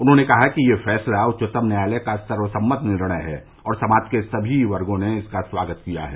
उन्होंने कहा कि यह फैसला उच्चतम न्यायालय का सर्वसम्मत निर्णय है और समाज के सभी वर्गों ने इसका स्वागत किया है